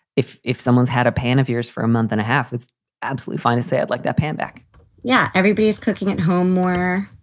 if if someone's had a pan of yours for a month and a half, it's absolutely fine to say i'd like that pan back yeah, everybody is cooking at home more,